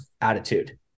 attitude